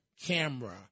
Camera